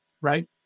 Right